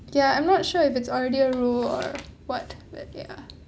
ya I'm not sure if it's already a rule or what but ya